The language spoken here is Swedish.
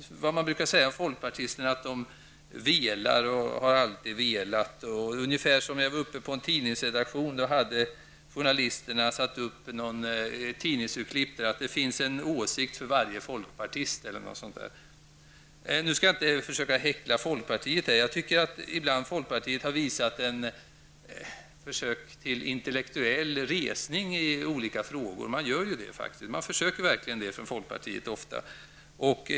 Man brukar säga om folkpartisterna att de velar. På en tidningsredaktion hade journalisterna satt upp ett tidningsurklipp där det stod att det finns en åsikt för varje folkpartist. Nu skall jag inte försöka häckla folkpartiet, för jag tycker att folkpartiet ibland har visat försök till intellektuell resning i olika frågor. Det gör man faktiskt ofta nu.